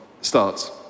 starts